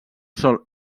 sol